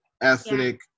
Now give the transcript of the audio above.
ethnic